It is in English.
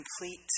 complete